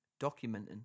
documenting